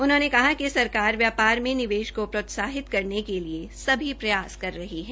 उन्होंने कहा कि सरकार व्यापार में निवेश को प्रोत्साहित करने के लिए सभी प्रयास कर रही है